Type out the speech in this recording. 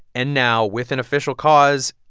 and now, with an official cause,